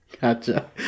Gotcha